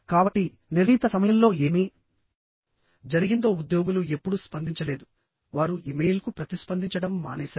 కాబట్టి నిర్ణీత సమయంలో ఏమి జరిగిందో ఉద్యోగులు ఎప్పుడూ స్పందించలేదు వారు ఇమెయిల్కు ప్రతిస్పందించడం మానేశారు